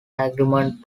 agreement